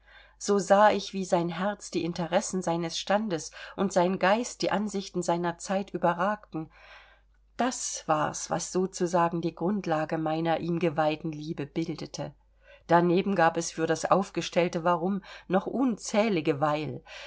so sah ich wie sein herz die interessen seines standes und sein geist die ansichten seiner zeit überragten das war's was sozusagen die grundlage meiner ihm geweihten liebe bildete daneben gab es für das aufgestellte warum noch unzählige weil